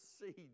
seed